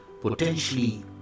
potentially